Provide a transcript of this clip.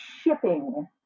shipping